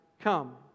come